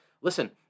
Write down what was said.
Listen